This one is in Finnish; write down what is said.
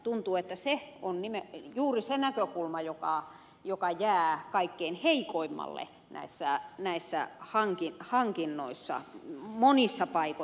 tuntuu että se on juuri se näkökulma joka jää kaikkein heikoimmalle näissä hankinnoissa monissa paikoin